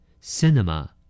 Cinema